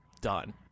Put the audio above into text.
done